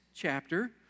chapter